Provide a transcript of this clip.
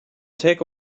take